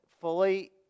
fully